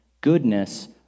goodness